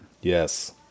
Yes